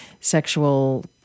sexual